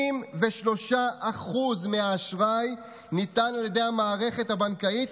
93% מהאשראי ניתן על ידי המערכת הבנקאית,